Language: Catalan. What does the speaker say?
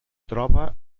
troba